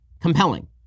compelling